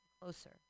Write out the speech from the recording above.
Closer